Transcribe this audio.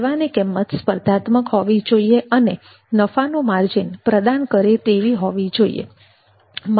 સેવાની કિંમત સ્પર્ધાત્મક હોવી જોઈએ અને નફાનું માર્જિન પ્રદાન કરે તેવી હોવી જોઈએ